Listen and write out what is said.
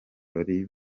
bari